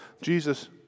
Jesus